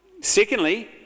Secondly